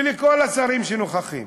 ואת כל השרים שנוכחים: